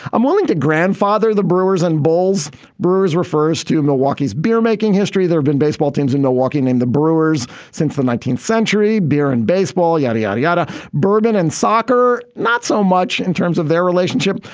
i'm willing to grandfather the brewers and bowls brewers refers to milwaukee's beer making history. there have been baseball teams in milwaukee named the brewers since the nineteenth century. beer and baseball, yada, yada, yada. bourbon and soccer, not so much in terms of their relationship.